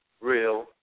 real